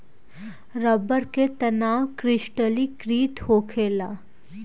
रबड़ के तनाव क्रिस्टलीकृत होखेला